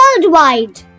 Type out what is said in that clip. worldwide